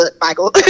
Michael